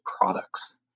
products